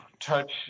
Touch